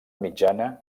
mitjana